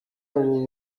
ubu